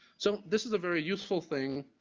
so this is a very useful thing,